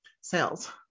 sales